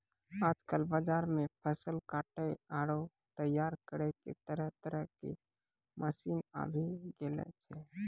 आजकल बाजार मॅ फसल काटै आरो तैयार करै के तरह तरह के मशीन आबी गेलो छै